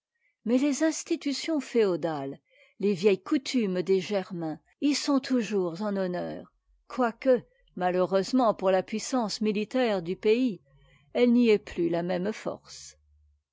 mais les institutions féodales les vieilles coutumes des germains y sont toujours en honneur quoique malheureusement pour la puissance militaire du pays n'y aient plus la même force